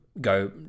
go